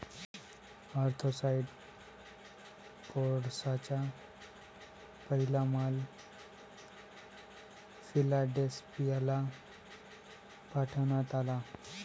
anthracite कोळशाचा पहिला माल फिलाडेल्फियाला पाठविण्यात आला